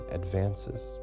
advances